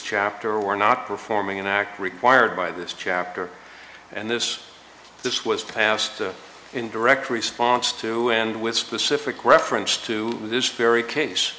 chapter or not performing an act required by this chapter and this this was passed in direct response to and with specific reference to this ferry case